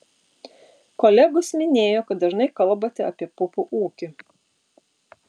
kolegos minėjo kad dažnai kalbate apie pupų ūkį